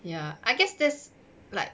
ya I guess that's like